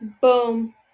Boom